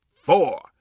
four